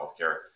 healthcare